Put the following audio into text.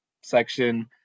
section